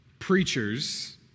preachers